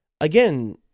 again